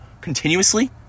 continuously